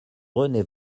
rené